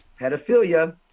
pedophilia